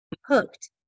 Hooked